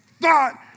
thought